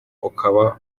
ukaba